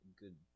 good